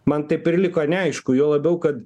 man taip ir liko neaišku juo labiau kad